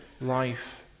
life